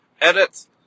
edit